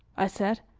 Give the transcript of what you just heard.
i said,